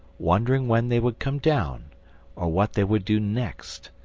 wondering when they would come down or what they would do next.